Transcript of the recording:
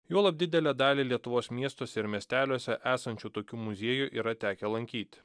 juolab didelę dalį lietuvos miestuose ir miesteliuose esančių tokių muziejų yra tekę lankyt